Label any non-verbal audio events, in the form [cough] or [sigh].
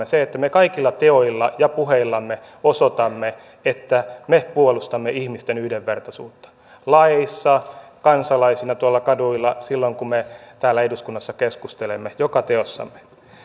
[unintelligible] se että me kaikilla teoillamme ja puheillamme osoitamme että me puolustamme ihmisten yhdenvertaisuutta laeissa kansalaisina tuolla kaduilla silloin kun me täällä eduskunnassa keskustelemme joka teossamme